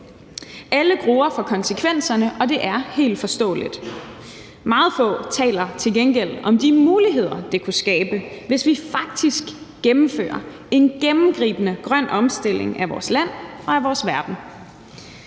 Alle gruer for konsekvenserne, og det er helt forståeligt. Meget få taler til gengæld om de muligheder, det kunne skabe, hvis vi faktisk gennemfører en gennemgribende grøn omstilling af vores land og af vores verden.